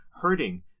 hurting